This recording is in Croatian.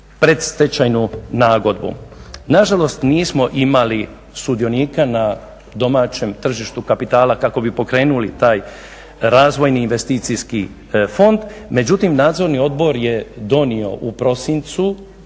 predstečajnu nagodbu. Nažalost nismo imali sudionika na domaćem tržištu kapitala kako bi pokrenuli taj razvojni investicijski fond međutim nadzorni odbor je donio u prosincu